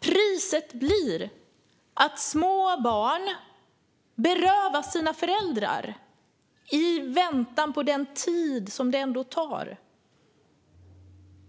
Priset blir att små barn berövas sina föräldrar under den tid detta ändå tar.